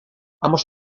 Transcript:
ambos